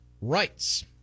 rights